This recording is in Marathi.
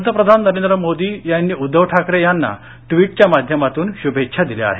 पंतप्रधान नरेंद्र मोदी यांनी उद्दव ठाकरे यांना ट्विटच्या माध्यमातून शुभेच्छा दिल्या आहेत